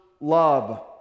love